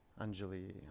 Anjali